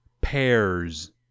pears